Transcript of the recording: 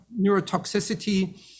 neurotoxicity